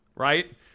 Right